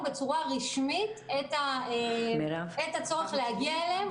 בצורה רשמית את הצורך להגיע אליהם.